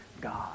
God